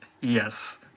yes